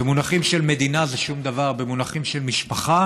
במונחים של מדינה זה שום דבר, במונחים של משפחה